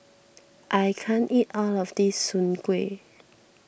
I can't eat all of this Soon Kuih